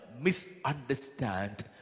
misunderstand